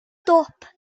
dop